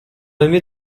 эми